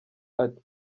ati